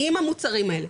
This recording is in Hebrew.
עם המוצרים האלה.